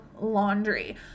laundry